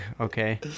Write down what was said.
Okay